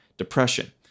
depression